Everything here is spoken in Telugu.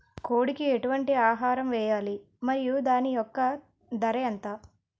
కోడి కి ఎటువంటి ఆహారం వేయాలి? మరియు దాని యెక్క ధర ఎంత?